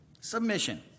Submission